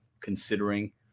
considering